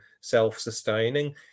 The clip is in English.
self-sustaining